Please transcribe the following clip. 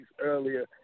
earlier